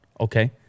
Okay